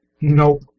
Nope